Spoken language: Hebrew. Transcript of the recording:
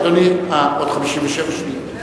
אדוני, אה, עוד 57 שניות.